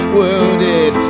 wounded